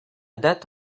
date